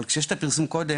כשיש את הפרסום קודם,